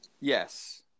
Yes